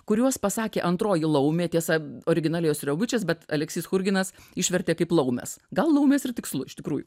kuriuos pasakė antroji laumė tiesa originale jos yra gučės bet aleksys churginas išvertė kaip laumės gal laumės ir tikslu iš tikrųjų